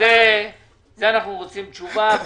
על זה אנחנו רוצים תשובה,